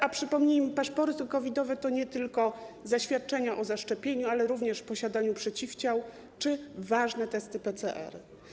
A przypomnijmy, że paszporty COVID-owe to nie tylko zaświadczenia o zaszczepieniu, ale również posiadaniu przeciwciał czy ważnych testów PCR.